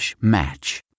match